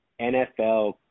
NFL